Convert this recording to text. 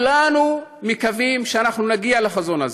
כולנו מקווים שאנחנו נגיע לחזון הזה,